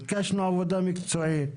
ביקשנו עבודה מקצועית,